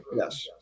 Yes